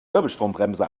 wirbelstrombremse